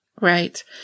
Right